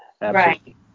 Right